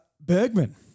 Bergman